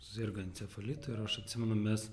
susirgo encefalitu ir aš atsimenu mes